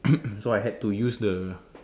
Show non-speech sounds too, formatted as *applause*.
*coughs* so I had to use the